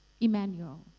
Emmanuel